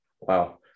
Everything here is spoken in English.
Wow